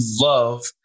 love